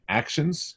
actions